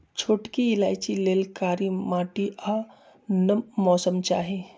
छोटकि इलाइचि लेल कारी माटि आ नम मौसम चाहि